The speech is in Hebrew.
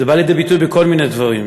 זה בא לידי ביטוי בכל מיני דברים,